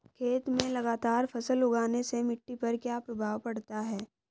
खेत में लगातार फसल उगाने से मिट्टी पर क्या प्रभाव पड़ता है?